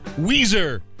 weezer